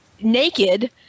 naked